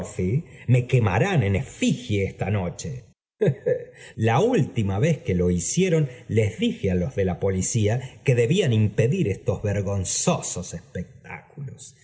me quemarán en efigie esta noche la última vez que lo hicieron les dije á los de la policía que debían impedir estos vergonzosos espectáculos